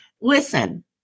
listen